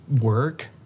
work